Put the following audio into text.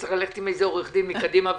צריך ללכת עם איזה עורך-דין מקדימה ומאחורה.